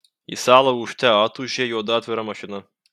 į salą ūžte atūžė juoda atvira mašina